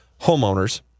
homeowners